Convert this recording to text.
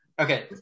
Okay